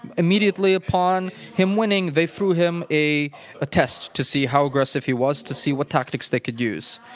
immediately upon him winning, they threw him a ah test to see how aggressive he was, to see what tactics they could use,